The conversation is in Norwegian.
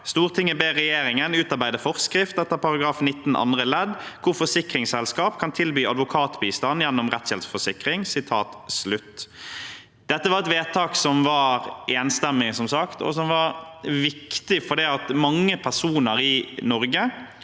«Stortinget ber regjeringen utarbeide forskrift etter § 19 andre ledd, hvor forsikringsselskap kan tilby advokatbistand gjennom rettshjelpforsikring.» Dette er som sagt et vedtak som var enstemmig, og som var viktig fordi mange privatpersoner i Norge